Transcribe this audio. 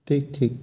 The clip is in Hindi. ठीक ठीक